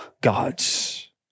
gods